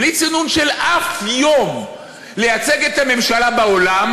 בלי צינון של אף יום לייצג את הממשלה בעולם